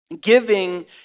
Giving